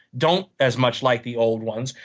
don't as much like the old ones.